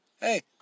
Hey